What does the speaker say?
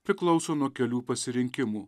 priklauso nuo kelių pasirinkimų